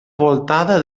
voltada